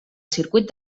circuit